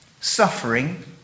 suffering